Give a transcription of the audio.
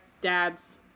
dads